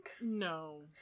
No